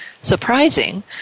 surprising